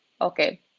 okay